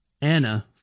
Anna